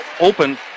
open